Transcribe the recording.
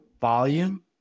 volume